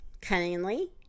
cunningly